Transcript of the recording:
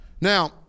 Now